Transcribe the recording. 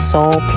Soul